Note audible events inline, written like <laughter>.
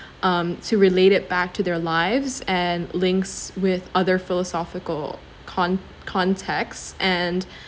<breath> um to relate it back to their lives and links with other philosophical con~ contacts and